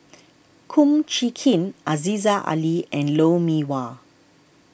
Kum Chee Kin Aziza Ali and Lou Mee Wah